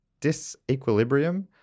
disequilibrium